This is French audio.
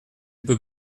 peux